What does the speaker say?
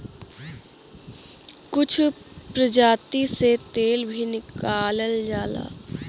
कुछ प्रजाति से तेल भी निकालल जाला